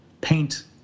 paint